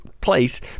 place